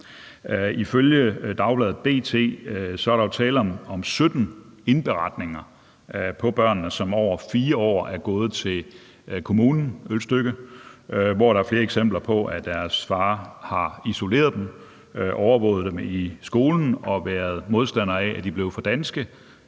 Ifølge dagbladet B.T. er der jo tale om 17 indberetninger om børnene, som i løbet af 4 år er sendt til byen , Ølstykke, hvor der er flere eksempler på, at deres far har isoleret dem, overvåget dem i skolen og været modstander af, at de blev for danske